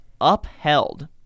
upheld